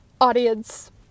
audience